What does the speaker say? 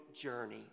journey